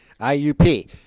iup